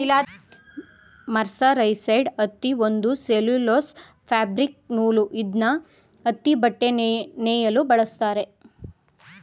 mercerised ಹತ್ತಿ ಒಂದು cellulose fabric ನೂಲು ಇದ್ನ ಹತ್ತಿಬಟ್ಟೆ ನೇಯಲು ಬಳಸ್ತಾರೆ